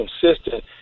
consistent –